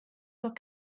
were